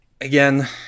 again